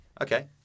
okay